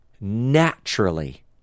naturally